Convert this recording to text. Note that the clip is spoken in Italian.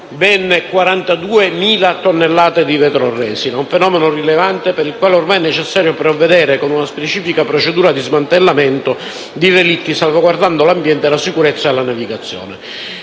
ben 42.000 tonnellate di vetroresina. È un fenomeno rilevante, per il quale è ormai necessario provvedere con una specifica procedura di smantellamento dei relitti, salvaguardando l'ambiente e la sicurezza della navigazione.